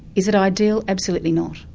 is it ideal? absolutely not.